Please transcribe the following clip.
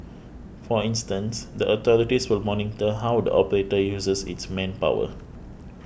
for instance the authorities will monitor how the operator uses its manpower